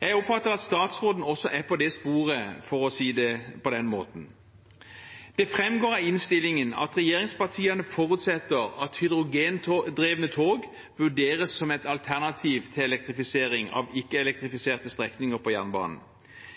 Jeg oppfatter at statsråden også er på det sporet, for å si det på den måten. Det framgår av innstillingen at regjeringspartiene forutsetter at hydrogendrevne tog vurderes som et alternativ til elektrifisering av ikke-elektrifiserte strekninger på jernbanen.